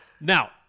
now